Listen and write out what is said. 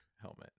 helmet